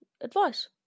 advice